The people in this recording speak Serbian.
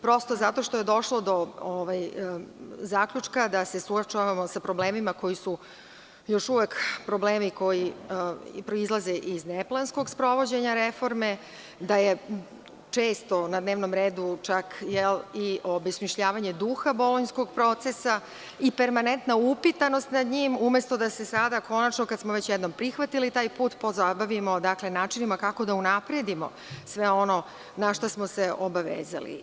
Prosto, zato što je došlo do zaključka da se suočavamo sa problemima koji su još uvek problemi proizilaze iz neplanskog sprovođenja reforme, da je često na dnevnom redu čak i obesmišljavanje duha Bolonjskog procesa i permanentna upitanost nad njim, umesto da se sada konačno kada smo prihvatili taj put, pozabavimo načinima kako da unapredimo sve ono na šta smo se obavezali.